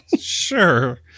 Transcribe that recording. Sure